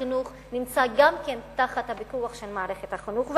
החינוך נמצא גם כן תחת הפיקוח של מערכת החינוך.